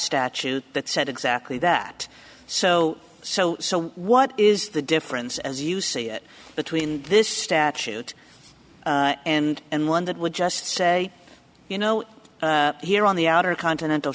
statute that said exactly that so so so what is the difference as you see it between this statute and and one that would just say you know here on the outer continental